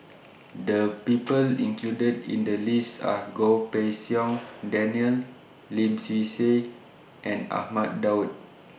The People included in The list Are Goh Pei Siong Daniel Lim Swee Say and Ahmad Daud